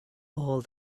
all